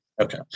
Okay